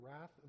wrath